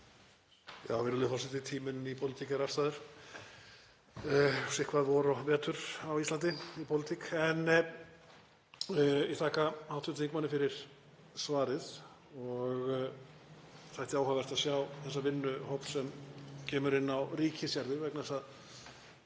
Virðulegur forseti. Tíminn í pólitík er afstæður, það er sitthvað vor og vetur á Íslandi í pólitík. En ég þakka hv. þingmanni fyrir svarið og þætti áhugavert að sjá þessa vinnu hóps sem kemur inn á ríkisjarðir. Þetta er að